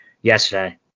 yesterday